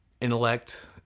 intellect